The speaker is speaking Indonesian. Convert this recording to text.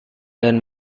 dan